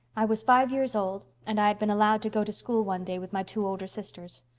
i was five years old, and i had been allowed to go to school one day with my two older sisters.